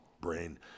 brain